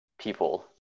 people